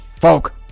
folk